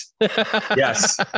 Yes